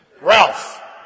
Ralph